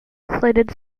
translated